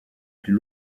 plus